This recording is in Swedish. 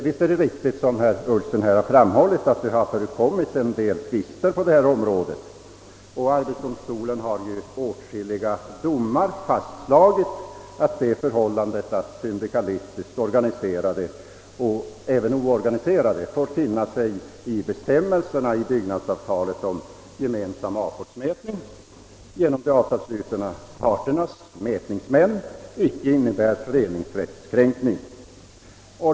Visst är det riktigt som herr Ullsten framhållit att det har förekommit vissa tvister på detta område, och arbetsdomstolen har i åtskilliga domar fastslagit att det förhållandet, att syndikalistiskt organiserade liksom även oorganiserade får finna sig i bestämmelserna i byggnadsavtalet om gemensam ackordmätning genom de avtalsslutande parternas mätningsmän, icke innebär föreningsrättskränkning.